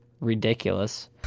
ridiculous